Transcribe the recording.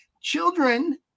Children